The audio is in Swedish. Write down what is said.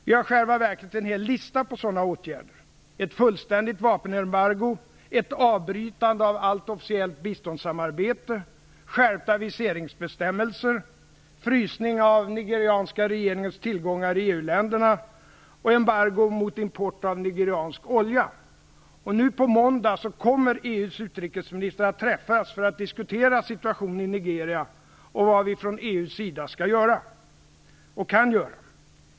Vi har i själva verket en hel lista på sådana åtgärder: ett fullständigt vapenembargo, ett avbrytande av allt officiellt biståndssamarbete, skärpta viseringsbestämmelser, frysning av nigerianska regeringens tillgångar i EU-länderna och embargo mot import av nigeriansk olja. Nu på måndag kommer EU:s utrikesministrar att träffas för att diskutera situationen i Nigeria och vad vi från EU:s sida skall göra och kan göra.